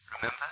Remember